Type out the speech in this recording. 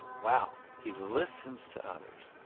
wow, he listens to others,